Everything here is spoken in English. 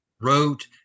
wrote